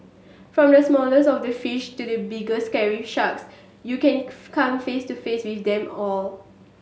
from the smallest of the fish to the big scary sharks you can come face to face with them all